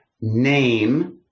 name